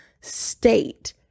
state